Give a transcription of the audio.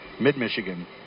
Mid-Michigan